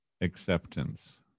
acceptance